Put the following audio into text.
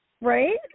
Right